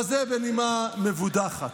אבל זה בנימה מבודחת.